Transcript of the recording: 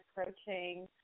approaching